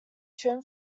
shown